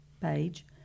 page